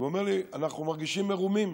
ואומר לי: אנחנו מרגישים מרומים.